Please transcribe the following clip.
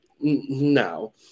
No